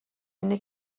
اینه